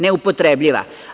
Neupotrebljiva.